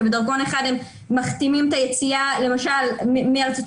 בדרכון אחד הם מחתימים את היציאה למשל מארצות